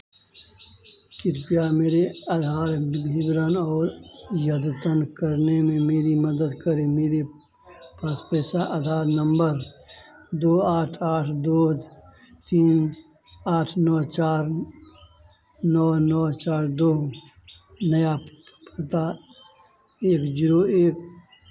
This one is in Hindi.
कृपया मेरे आधार विवरण और अद्यतन करने में मेरी मदद करें मेरे पास पैसा आधार नंबर दो आठ आठ दो तीन आठ नौ चार नौ नौ चार दो में नया पता एक ज़ीरो एक